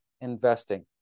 investing